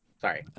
Sorry